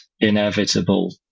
inevitable